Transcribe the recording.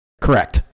Correct